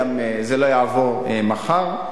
גם זה לא יעבור מחר.